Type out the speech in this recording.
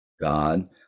God